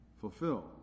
fulfill